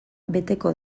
beteko